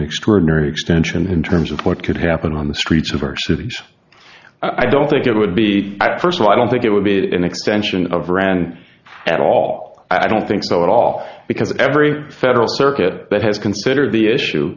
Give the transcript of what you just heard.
extraordinary extension in terms of what could happen on the streets of our cities i don't think it would be at first i don't think it would be an extension of rand at all i don't think so at all because every federal circuit that has considered the issue